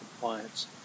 compliance